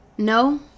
no